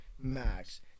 max